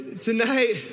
Tonight